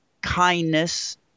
kindness